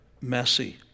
messy